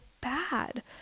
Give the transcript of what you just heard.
bad